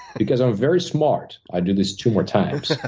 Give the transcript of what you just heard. because i'm very smart, i do this two more times.